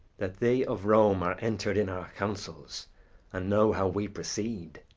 that they of rome are enter'd in our counsels and know how we proceed.